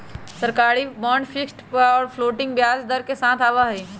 सरकारी bond fixed और floating ब्याज दर के साथ आवा हई